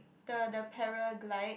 the the paraglide